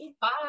Bye